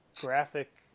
graphic